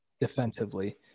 defensively